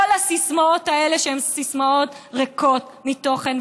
כל הסיסמאות האלה הן סיסמאות ריקות מתוכן,